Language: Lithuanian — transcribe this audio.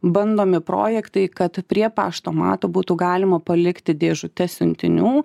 bandomi projektai kad prie paštomato būtų galima palikti dėžutes siuntinių